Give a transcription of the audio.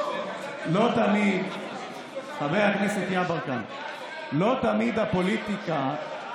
לא תמיד חבר הכנסת יברקן, לא תמיד הפוליטיקה,